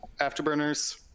Afterburners